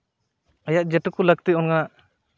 ᱟᱭᱟᱜ ᱡᱮᱴᱩᱠᱩ ᱞᱟᱹᱠᱛᱤ ᱚᱱᱟ